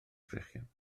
sgrechian